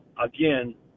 again